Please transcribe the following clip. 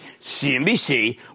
CNBC